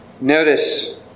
Notice